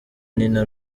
nina